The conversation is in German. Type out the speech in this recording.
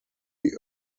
die